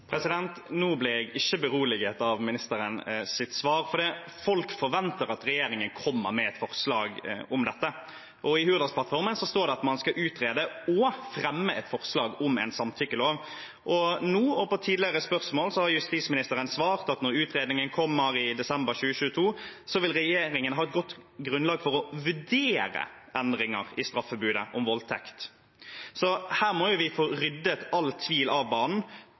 Nå ble jeg ikke beroliget av ministerens svar, fordi folk forventer at regjeringen kommer med et forslag om dette. I Hurdalsplattformen står det at man skal utrede og fremme et forslag om en samtykkelov. Nå, og på tidligere spørsmål, har justisministeren svart at når utredningen kommer i desember 2022, vil regjeringen ha et godt grunnlag for «å vurdere» endringer i straffebudet om voldtekt. Så her må vi få ryddet all tvil av banen: